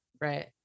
right